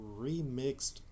remixed